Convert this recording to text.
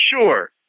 sure